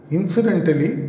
Incidentally